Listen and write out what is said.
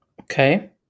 Okay